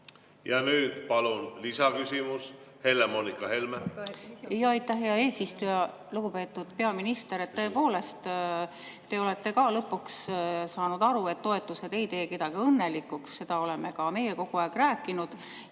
Ja nüüd palun lisaküsimus, Helle-Moonika Helme! Aitäh, hea eesistuja! Lugupeetud peaminister! Tõepoolest, te olete lõpuks saanud aru, et toetused ei tee kedagi õnnelikuks, seda oleme ka meie kogu aeg rääkinud.